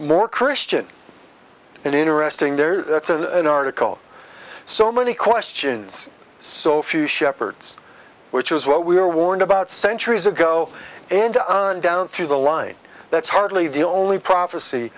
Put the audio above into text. more christian an interesting there that's a tickle so many questions so few shepherds which is what we were warned about centuries ago and on down through the line that's hardly the only prophecy